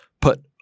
put